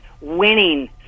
winning